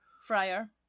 Friar